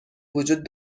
وجود